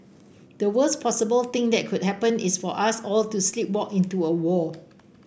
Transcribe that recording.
the worst possible thing that could happen is for us all to sleepwalk into a war